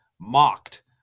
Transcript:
mocked